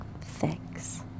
thanks